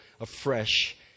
afresh